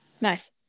nice